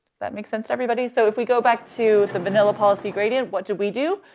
that makes sense to everybody? so if we go back to the vanilla policy gradient, what do we do?